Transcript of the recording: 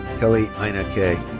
kelly ina kay.